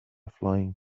flying